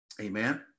amen